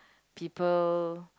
people